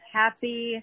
happy